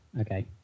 okay